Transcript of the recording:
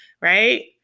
right